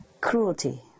cruelty